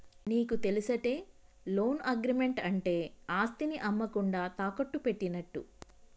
నీకు తెలుసటే, loan agreement అంటే ఆస్తిని అమ్మకుండా తాకట్టు పెట్టినట్టు